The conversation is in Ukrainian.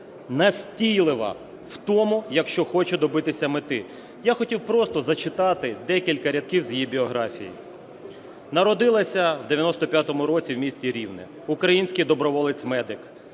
настійлива в тому, що хоче добитися мети. Я хотів просто зачитати декілька рядків з її біографії. Народилася у 95-му році в місті Рівне. Український доброволець-медик,